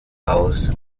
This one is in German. aus